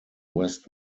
west